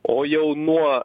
o jau nuo